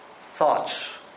Thoughts